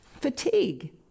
fatigue